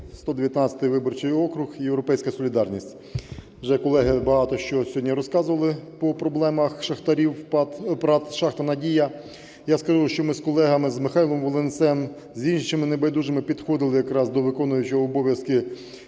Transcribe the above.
119 виборчий округ, "Європейська солідарність". Вже колеги багато що сьогодні розказували по проблемах шахтарів ПАТ "Шахта "Надія". Я скажу, що ми з колегами (з Михайлом Волинцем, з іншими небайдужими) підходили якраз до виконуючого обов'язки